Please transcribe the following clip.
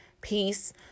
peace